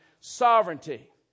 sovereignty